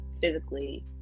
physically